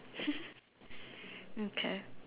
mm K